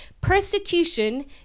persecution